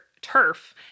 turf